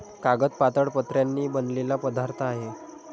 कागद पातळ पत्र्यांनी बनलेला पदार्थ आहे